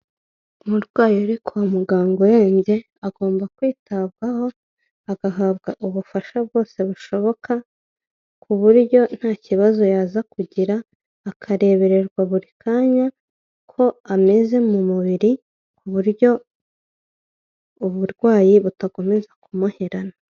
Umurwayi uri kwa muganga urembye agomba kwitabwaho agahabwa ubufasha bwose bushoboka ku buryo nta kibazo yaza kugira akarebererwa buri kanya ko ameze mu mubiri ku buryo uburwayi butakomeza kumuherana.